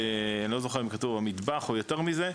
ואני לא זוכר אם כתוב המטבח או יותר מזה,